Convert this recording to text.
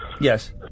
Yes